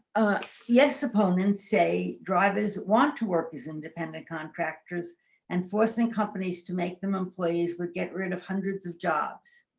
yes opponents say drivers want to work as independent contractors and forcing companies to make them employees would get rid of hundreds of jobs.